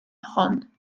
hon